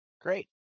Great